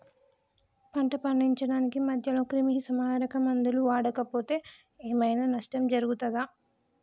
పంట పండించడానికి మధ్యలో క్రిమిసంహరక మందులు వాడకపోతే ఏం ఐనా నష్టం జరుగుతదా?